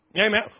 Amen